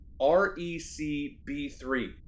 RECB3